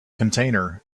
container